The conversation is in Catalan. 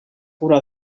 cura